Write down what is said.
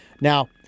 Now